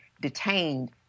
detained